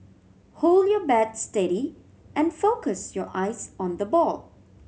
hold your bat steady and focus your eyes on the ball